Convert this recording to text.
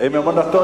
בור ועם הארץ,